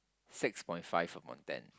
six point five among ten